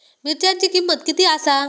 मिरच्यांची किंमत किती आसा?